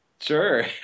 Sure